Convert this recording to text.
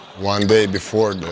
one day before